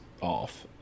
off